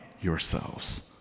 yourselves